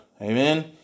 amen